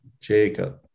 jacob